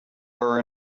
were